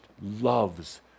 loves